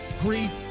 grief